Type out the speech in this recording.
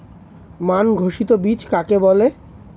মান ঘোষিত বীজ কাকে বলে?